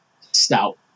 stout